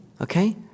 okay